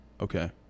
Okay